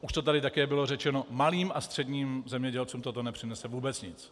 Už to tady také bylo řečeno, malým a středním zemědělcům toto nepřinese vůbec nic.